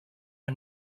her